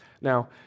Now